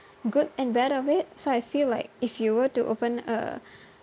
good and bad of it so I feel like if you were to open a